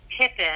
Pippin